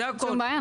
אין שום בעיה.